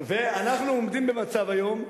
אנחנו עומדים היום במצב,